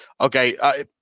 Okay